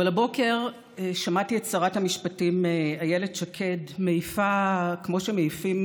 אבל הבוקר שמעתי את שרת המשפטים איילת שקד מעיפה כמו שמעיפים